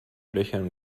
löchern